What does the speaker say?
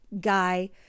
guy